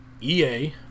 EA